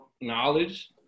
knowledge